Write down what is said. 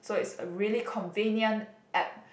so it's a really convenient app